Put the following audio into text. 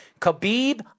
Khabib